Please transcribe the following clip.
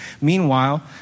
Meanwhile